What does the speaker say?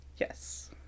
Yes